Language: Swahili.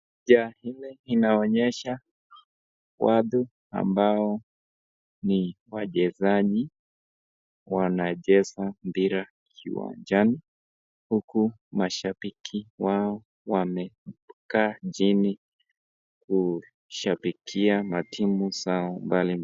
Picha hii inaonyesha watu ambao ni wachezaji ,wanacheza mpira kiwanjani ,huku mashabiki wao wamekaa chini kushabikia matimu zao mbali mbali.